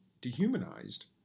dehumanized